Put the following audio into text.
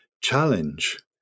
challenge